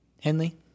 Henley